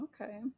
okay